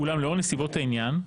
אולם לאור נסיבות העניין,